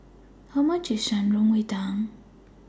How much IS Shan Rui Tang